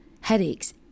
headaches